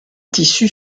tissus